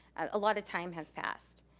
a lot of time has passed.